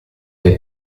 del